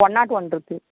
one naught one இருக்குது